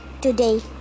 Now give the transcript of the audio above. Today